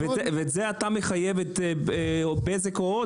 בזה אתה מחייב את בזק או HOT?